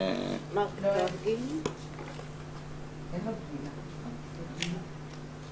ד"ר מרק טרגין אני ארצה את ההתייחסות שלך בהמשך.